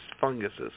funguses